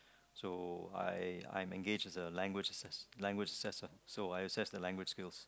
so I I'm engaged as a language assess language assessor so I assess their language skills